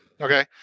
Okay